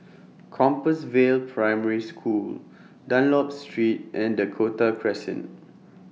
Compassvale Primary School Dunlop Street and Dakota Crescent